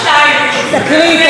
תקריא כל מילה.